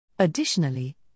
Additionally